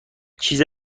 چیزی